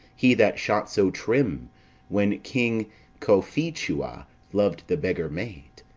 he that shot so trim when king cophetua lov'd the beggar maid!